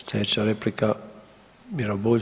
Slijedeća replika Miro Bulj.